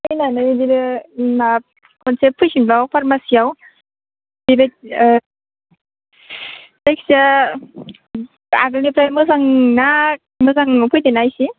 फैनानै इदिनो मा खनसे फैफिनबाव फार्मासियाव बिदिनो ओ जायखिजाया आगोलनिफ्राय मोजां ना मोजाङाव फैदों ना इसे